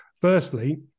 Firstly